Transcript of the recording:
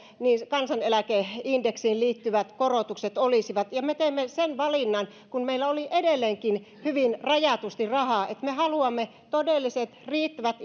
kansaneläkeindeksiin liittyvät korotukset olisivat ja me teimme sen valinnan kun meillä oli edelleenkin hyvin rajatusti rahaa että me haluamme todelliset riittävät